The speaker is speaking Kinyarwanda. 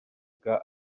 bwa